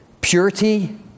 purity